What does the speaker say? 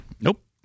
Nope